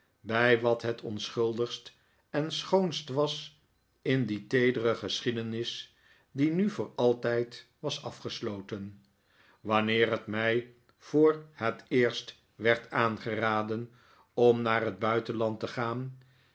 bij wat het onschuldigst en schoonst was in die teedere geschiedenis die nu voor altijd was afgesloten wanneer het mij voor het eerst werd aangeraden om naar het buitenland te gaan